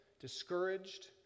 discouraged